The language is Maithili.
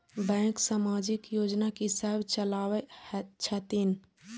बैंक समाजिक योजना की सब चलावै छथिन?